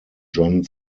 john